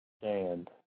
stand